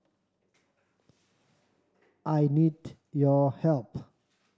I need your help